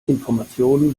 informationen